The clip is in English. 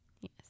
Yes